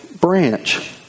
branch